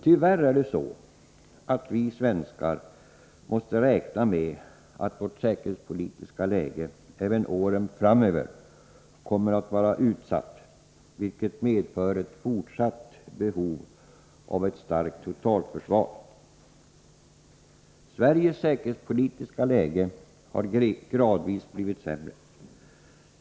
Tyvärr måste vi svenskar räkna med att vårt säkerhetspolitiska läge även åren framöver kommer att vara utsatt, vilket medför fortsatt behov av ett starkt totalförsvar. Sveriges säkerhetspolitiska läge har gradvis blivit sämre.